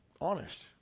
Honest